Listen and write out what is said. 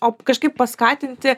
o kažkaip paskatinti